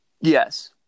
Yes